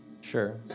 Sure